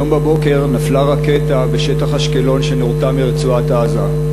היום בבוקר נפלה בשטח אשקלון רקטה שנורתה מרצועת-עזה.